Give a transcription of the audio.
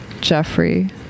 Jeffrey